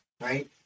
right